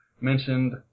mentioned